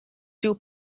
two